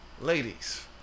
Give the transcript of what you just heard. Ladies